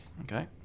Okay